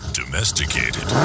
domesticated